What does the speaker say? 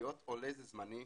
להיות עולה זה זמני,